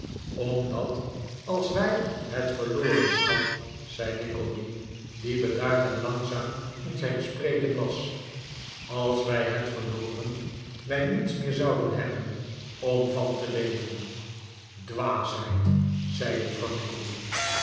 omdat als wij het verloren schat zei nickleby die bedaard en langzaam in zijn spreken was als wij het verloren wij niets meer zouden hebben om van te leven dwaasheid zei juffrouw